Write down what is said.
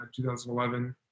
2011